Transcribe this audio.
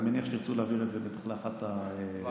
אני מניח שתרצו להעביר את זה לאחת הוועדות.